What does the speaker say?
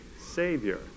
savior